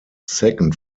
second